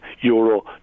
euro